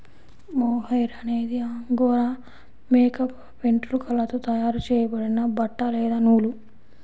mohair అనేది angora మేక వెంట్రుకలతో తయారు చేయబడిన బట్ట లేదా నూలు